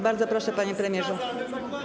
Bardzo proszę, panie premierze.